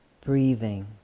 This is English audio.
Breathing